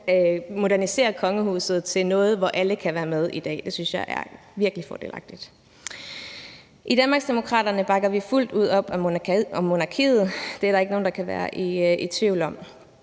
hen moderniserer kongehuset til noget, hvor alle kan være med i dag. Det synes jeg er virkelig fordelagtigt. I Danmarksdemokraterne bakker vi fuldt ud op om monarkiet. Det er der ikke nogen der kan være i tvivl om.